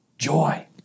Joy